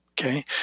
Okay